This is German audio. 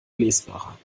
lesbarer